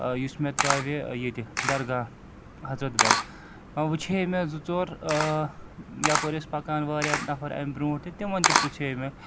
یُس مےٚ ترٛاوِ ییٚتہِ درگاہ حضرت بَل وۄنۍ وٕچھے مےٚ زٕ ژور یَپٲرۍ ٲسۍ پَکان واریاہ نَفر اَمہِ برٛونٛٹھ تہِ تہٕ تِمَن تہِ پرٛژھے مےٚ